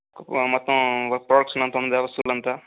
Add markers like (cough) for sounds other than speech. మొత్తం (unintelligible)